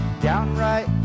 downright